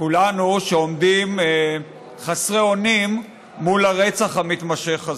כולנו, שעומדים חסרי אונים מול הרצח המתמשך הזה.